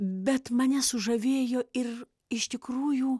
bet mane sužavėjo ir iš tikrųjų